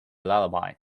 lullaby